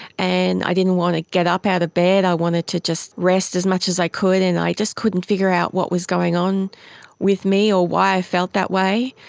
and i didn't want to get up out of bed, i wanted to just rest as much as i could, and i just couldn't figure out what was going on with me or why i felt that way.